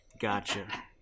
Gotcha